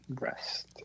rest